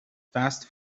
fast